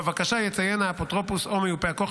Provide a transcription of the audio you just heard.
בבקשה יציין האפוטרופוס או מיופה הכוח,